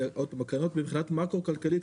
מבחינה מקרו-כלכלית,